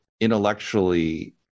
intellectually